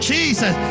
Jesus